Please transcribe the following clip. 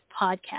podcast